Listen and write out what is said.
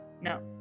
no